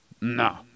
No